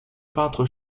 peintre